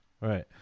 Right